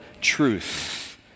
truth